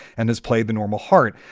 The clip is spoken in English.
and his play the normal heart.